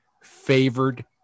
favored